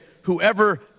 whoever